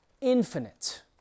infinite